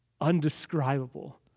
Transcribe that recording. undescribable